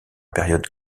période